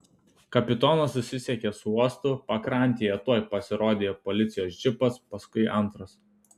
kapitonas susisiekė su uostu pakrantėje tuoj pasirodė policijos džipas paskui antras